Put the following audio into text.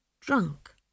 drunk